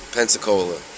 Pensacola